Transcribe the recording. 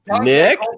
Nick